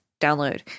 download